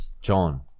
John